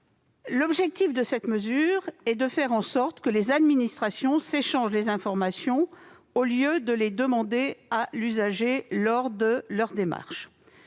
L'objectif de cette mesure est de faire en sorte que les administrations s'échangent les informations, au lieu de les demander à l'usager lors de leur démarche.